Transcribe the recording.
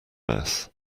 mess